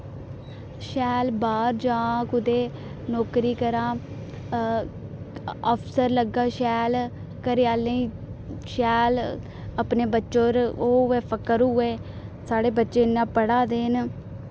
शैल बाह्र जां कुतै नौकरी करां अफसर लग्गां शैल घरे आह्लें शैल अपने बच्चे पर ओ होऐ फकर होऐ साढ़े बच्चे इन्ने पढ़ा दे न